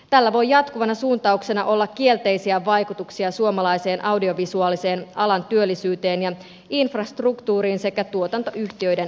tällä voi jatkuvana suuntauksena olla kielteisiä vaikutuksia suomalaiseen audiovisuaalisen alan työllisyyteen ja infrastruktuuriin sekä tuotantoyhtiöiden rakenteeseen